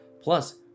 Plus